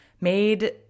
made